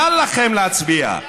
קל לכם להצביע.